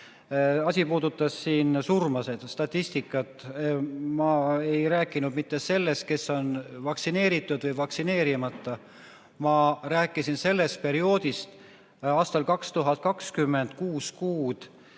Asi puudutas surmasid, statistikat. Ma ei rääkinud mitte sellest, kes on vaktsineeritud või vaktsineerimata. Ma rääkisin sellest perioodist, mis oli aastal 2020 kuue